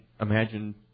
imagine